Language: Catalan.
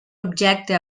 objecte